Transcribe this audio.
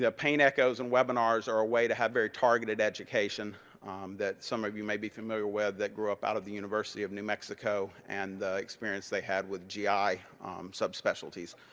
pain echoes and webinars are a way to have very targeted education that some of you may be familiar with. that grew up out of the university of new mexico and the experience they had with gi subspecialties.